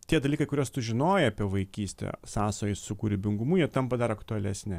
tie dalykai kuriuos tu žinojai apie vaikystę sąsajos su kūrybingumu jie tampa dar aktualesni